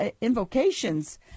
invocations